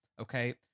Okay